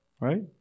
Right